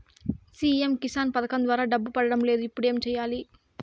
CM Kisan పథకం ద్వారా డబ్బు పడడం లేదు ఇప్పుడు ఏమి సేయాలి